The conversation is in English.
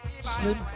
slim